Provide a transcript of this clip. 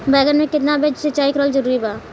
बैगन में केतना बेर सिचाई करल जरूरी बा?